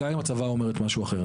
גם אם הצוואה אומרת משהו אחר.